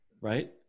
Right